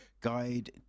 guide